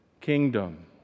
kingdom